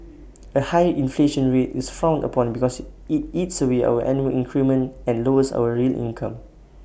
A high inflation rate is frowned upon because IT eats away our annual increment and lowers our real income